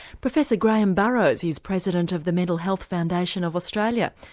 professor graham burrows is president of the mental health foundation of australia,